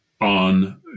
on